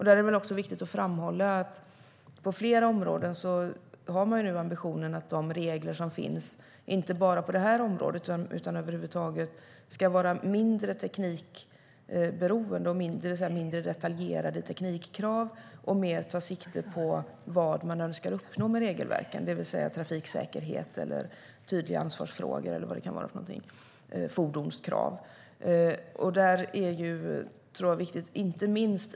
Det är också viktigt att framhålla att man på flera områden nu har ambitionen att de regler som finns ska vara mindre detaljerade i fråga om teknikkrav och mer ta sikte på vad man önskar uppnå med regelverken, det vill säga trafiksäkerhet, tydligare ansvar, fordonskrav eller vad det kan vara för något.